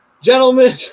gentlemen